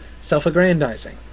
self-aggrandizing